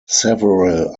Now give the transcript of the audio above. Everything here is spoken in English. several